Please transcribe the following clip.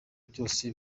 byose